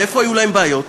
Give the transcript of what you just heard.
ואיפה היו להם בעיות?